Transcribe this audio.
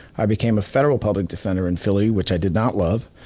i became a federal public defender in philly, which i did not love,